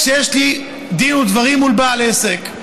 כשיש לי דין ודברים מול בעל עסק.